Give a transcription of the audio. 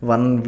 One